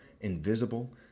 invisible